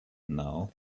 now